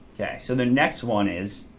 okay. so the next one is,